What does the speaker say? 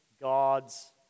God's